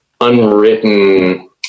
unwritten